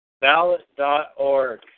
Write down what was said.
Ballot.org